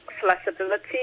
flexibility